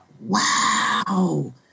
wow